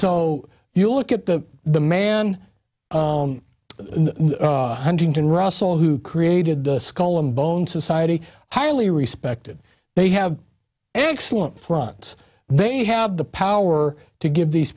so you look at the the man huntington russell who created the skull bone society highly respected they have an excellent front they have the power to give these